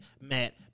Matt